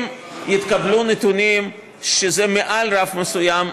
אם יתקבלו נתונים שזה מעל רף מסוים,